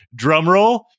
drumroll